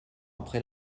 après